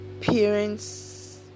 parents